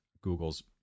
Google's